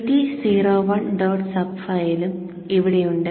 sub ഫയലും ഇവിടെ ഉണ്ട്